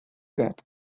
that